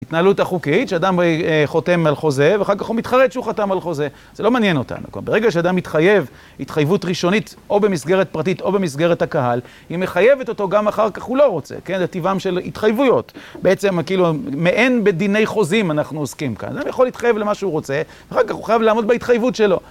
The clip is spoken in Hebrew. ההתנהלות החוקית שאדם חותם על חוזה ואחר כך הוא מתחרט שהוא חתם על חוזה. זה לא מעניין אותנו. ברגע שאדם מתחייב התחייבות ראשונית או במסגרת פרטית או במסגרת הקהל, היא מחייבת אותו, גם אחר כך הוא לא רוצה כן? זה טבעם של התחייבויות. בעצם כאילו מעין בדיני חוזים אנחנו עוסקים כאן. אדם יכול להתחייב למה שהוא רוצה ואחר כך הוא חייב לעמוד בהתחייבות שלו.